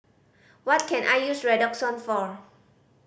what can I use Redoxon for